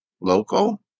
local